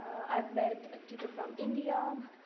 i've met a tutor from india,